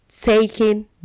taking